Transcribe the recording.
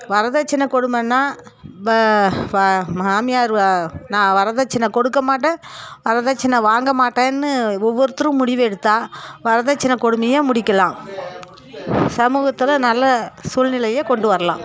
வரதட்சணை கொடுமைன்னா மாமியார் நா வரதட்சணை கொடுக்க மாட்டேன் வரதட்சணை வாங்க மாட்டேன்னு ஒவ்வொருத்தரும் முடிவு எடுத்தால் வரதட்சணை கொடுமைய முடிக்கலாம் சமூகத்தில் நல்ல சூழ்நிலைய கொண்டு வரலாம்